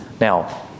Now